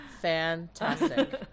Fantastic